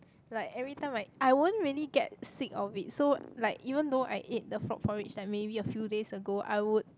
like every time I I won't really get sick of it so like even though I ate the frog porridge like maybe a few days ago I would